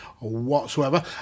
whatsoever